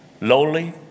lowly